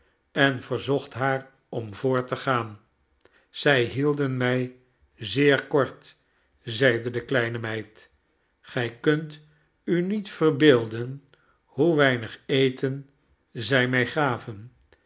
en verzocht haar om voort te gaan zij hielden mij zeer kort zeide de kleine meid gij kunt u niet verbeelden hoe weinig eten zij mij gaven